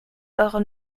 eure